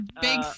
big